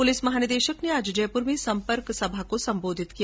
police महानिदेशक ने आज जयपुर में सम्पर्क सभा को संबोधित किया